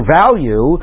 value